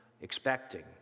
Expecting